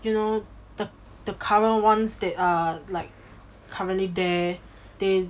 you know the the current ones that are like currently there they